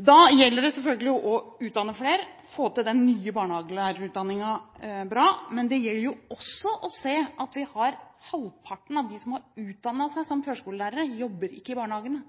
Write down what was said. Da gjelder det selvfølgelig å utdanne flere og få til den nye barnehagelærerutdanningen bra. Men det gjelder også å se at halvparten av dem som er utdannet som førskolelærere, ikke jobber i barnehagene